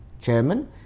chairman